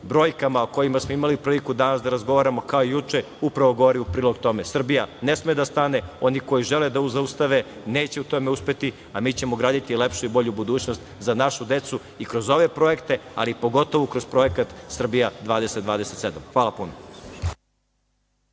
brojkama o kojima smo imali priliku danas da razgovaramo, kao i juče, upravo govori u prilog tome. Srbija ne sme da stane. Oni koji žele da je zaustave neće u tome uspeti, a mi ćemo graditi lepšu i bolju budućnost za našu decu i kroz ove projekte, a pogotovo kroz projekat Srbija 2027.Hvala puno.